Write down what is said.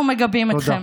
אנחנו מגבים אתכם.